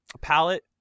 palette